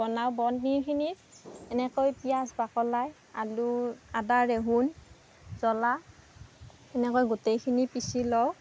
বনাওঁ ব পনিৰখিনি এনেকৈ পিঁয়াজ বাকলাই আলু আদা ৰেহুন জলা এনেকৈ গোটেইখিনি পিছি লওঁ